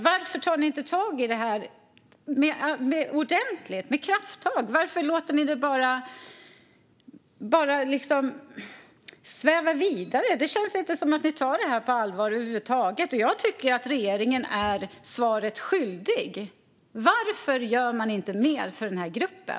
Varför tar ni inte tag i det här ordentligt? Varför låter ni det bara sväva vidare? Det känns inte som att ni tar det här på allvar över huvud taget. Jag tycker att regeringen är svaret skyldig. Varför gör man inte mer för den här gruppen?